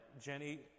Jenny